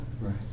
Right